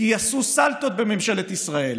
כי עשו סלטות בממשלת ישראל